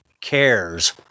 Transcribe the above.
cares